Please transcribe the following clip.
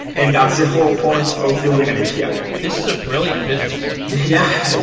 and that's the whole point of building an api. this is a brilliant business. yeah.